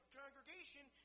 congregation